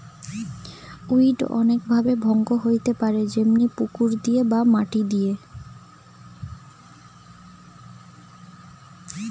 weed অনেক ভাবে ভঙ্গ হইতে পারে যেমনি পুকুর দিয়ে বা মাটি দিয়া